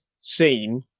seen